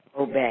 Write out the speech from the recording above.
obey